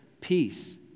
peace